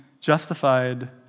justified